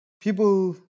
people